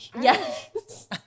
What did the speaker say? Yes